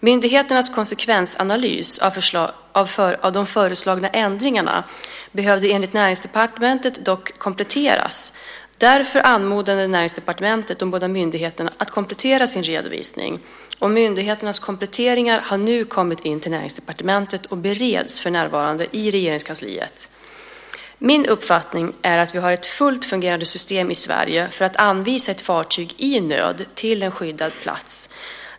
Myndigheternas konsekvensanalys av de föreslagna ändringarna behövde enligt Näringsdepartementet dock kompletteras. Därför anmodade Näringsdepartementet de båda myndigheterna att komplettera sin redovisning. Myndigheternas komplettering har nu kommit in till Näringsdepartementet och bereds för närvarande i Regeringskansliet. Min uppfattning är att vi har ett fullt fungerande system i Sverige för att anvisa ett fartyg i nöd till en skyddad plats.